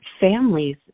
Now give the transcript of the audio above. families